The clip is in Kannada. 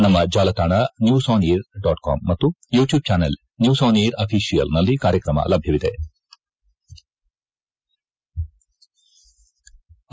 ನಮ್ಮ ಜಾಲತಾಣ news on air dot com ಮತ್ತು ಯುಟ್ಕೂಬ್ ಜಾನೆಲ್ ನ್ಯೂಸ್ ಆನ್ಏರ್ ಆಫೀಸಿಯಲ್ನಲ್ಲಿ ಕಾರ್ಯಕ್ರಮ ಲಭ್ಯವಿರುತ್ತದೆ